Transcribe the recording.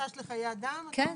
חשש לחיי אדם אתה אומר?